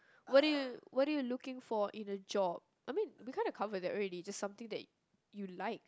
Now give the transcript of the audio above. what do you what do you looking in a job I mean we kind of cover that already is just something that you like